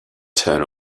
turn